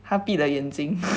他闭了眼睛